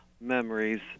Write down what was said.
memories